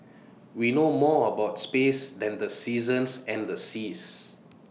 we know more about space than the seasons and the seas